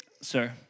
sir